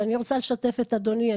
אבל אני רוצה לשתף את אדוני,